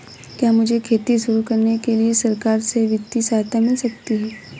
क्या मुझे खेती शुरू करने के लिए सरकार से वित्तीय सहायता मिल सकती है?